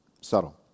subtle